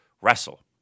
wrestle